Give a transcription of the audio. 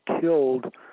killed